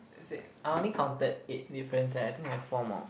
is it I only counted eight differences I think left four more